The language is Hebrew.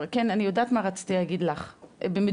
כן אני יודעת מה רציתי להגיד לך במדויק.